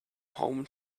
home